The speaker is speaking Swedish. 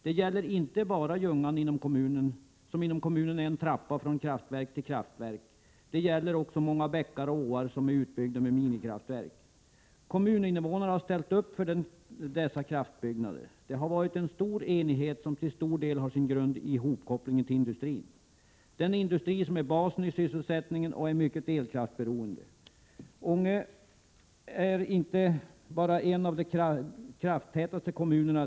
Det gäller inte bara Ljungan, som inom kommunen är en trappa från kraftverk till kraftverk, utan det gäller också många bäckar och åar, som är utbyggda med minikraftverk. Kommuninvånarna har ställt upp för dessa kraftutbyggnader. Det har rått en stor enighet om dessa, vilket till stor del har sin grund i kopplingen till industrin — den industri som är basen i sysselsättningen och som är mycket elkraftsberoende. Ånge är inte bara en av de vattenkraftstätaste kommunerna.